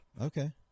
Okay